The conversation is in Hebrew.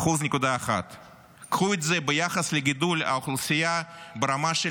1.1%. קחו את זה ביחס לגידול האוכלוסייה ברמה של